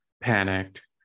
panicked